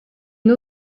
une